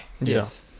Yes